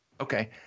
Okay